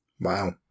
Wow